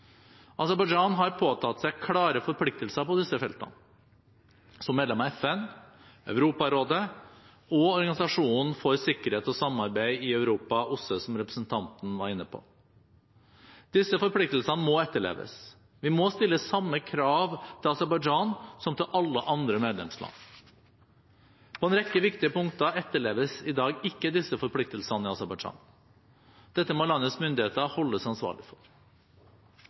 har påtatt seg klare forpliktelser på disse feltene – som medlem av FN, Europarådet og Organisasjonen for sikkerhet og samarbeid i Europa, OSSE, som representanten var inne på. Disse forpliktelsene må etterleves. Vi må stille samme krav til Aserbajdsjan som til alle andre medlemsland. På en rekke viktige punkter etterleves i dag ikke disse forpliktelsene i Aserbajdsjan. Dette må landets myndigheter holdes ansvarlig for.